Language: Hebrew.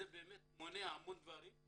זה באמת מונע המון דברים.